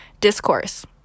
Discourse